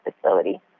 facility